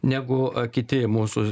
negu kiti mūsų